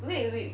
wait wait